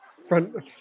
Front